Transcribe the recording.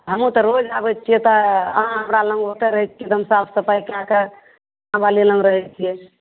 हमू तऽ रोज आबै छियै तऽ अहाँ हमरा लङ ओतए रहै छी जे हम साफ सफाइ कए कए आङनबारी लङ रहै छै